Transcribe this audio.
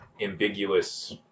ambiguous